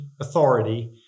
authority